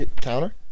counter